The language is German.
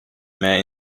mehr